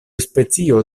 specio